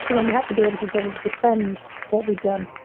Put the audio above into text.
so, um we had to be able to sort of defend what we've done.